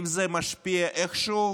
אם זה משפיע איכשהו